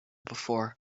before